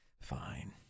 fine